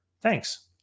Thanks